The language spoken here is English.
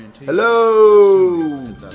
Hello